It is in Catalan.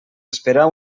esperar